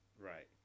right